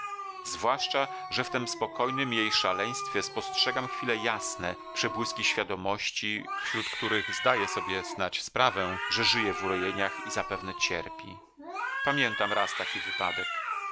zwłaszcza że w tem spokojnem jej szaleństwie spostrzegam chwile jasne przebłyski świadomości wśród których zdaje sobie snadź sprawę że żyje w urojeniach i zapewne cierpi pamiętam raz taki wypadek